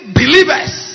believers